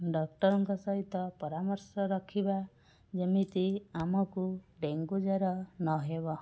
ଡକ୍ଟରଙ୍କ ସହିତ ପରାମର୍ଶ ରଖିବା ଯେମିତି ଆମକୁ ଡେଙ୍ଗୁ ଜ୍ଵର ନହେବ